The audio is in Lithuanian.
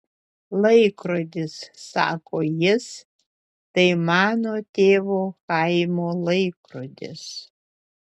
laikrodis sako jis tai mano tėvo chaimo laikrodis